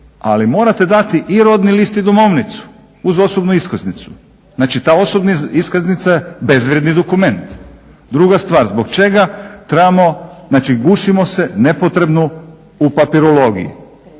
Ali morate dati i rodni list i domovnicu uz osobnu iskaznicu. Znači, ta osobna iskaznica je bezvrijedni dokument. Druga stvar, zbog čega trebamo, znači gušimo se nepotrebno u papirologiji.